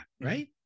right